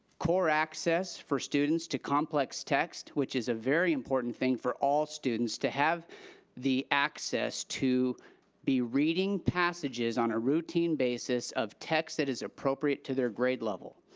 core access for students to complex text, which is a very important thing for all students to have the access to be reading passages on a routine basis of text that is appropriate to their grade level.